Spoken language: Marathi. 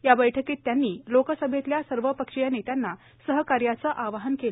या बैठकीत त्यांनी लोकसभैतल्या सर्वपक्षीय नेत्यांना सहकार्याचं आवाहन केलं